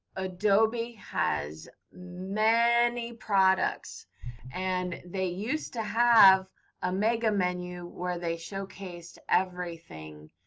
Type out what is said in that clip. adobe has many products and they used to have a mega menu where they showcased everything.